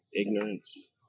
Ignorance